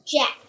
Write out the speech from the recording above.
Jack